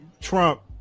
Trump